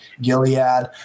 gilead